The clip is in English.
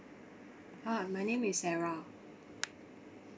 ah my name is S E R A